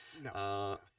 no